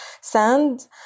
sand